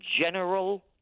General